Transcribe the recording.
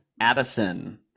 Addison